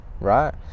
right